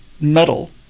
metal